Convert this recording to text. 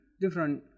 different